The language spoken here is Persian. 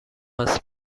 هست